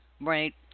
Right